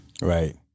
Right